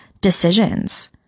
decisions